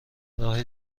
راه